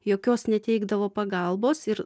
jokios neteikdavo pagalbos ir